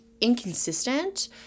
inconsistent